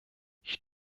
ich